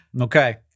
Okay